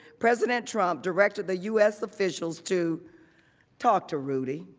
president trump directed the u s. officials to talk to rudy.